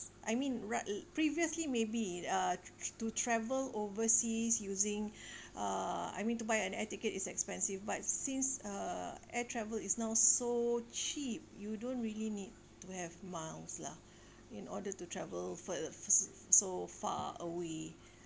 I mean ra~ it previously maybe uh to travel overseas using uh I mean to buy an air ticket is expensive but since uh air travel is now so cheap you don't really need to have miles lah in order to travel further f~ s~ so far away